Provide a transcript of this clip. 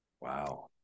Wow